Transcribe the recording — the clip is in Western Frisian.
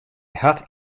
hat